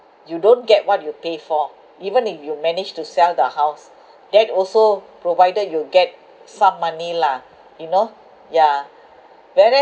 you don't get what you pay for even if you manage to sell the house that also provided you get some money lah you know yeah whereas